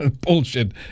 bullshit